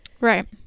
Right